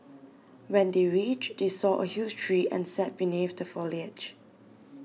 when they reached they saw a huge tree and sat beneath the foliage